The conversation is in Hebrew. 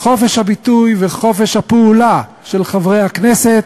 חופש הביטוי וחופש הפעולה של חברי הכנסת,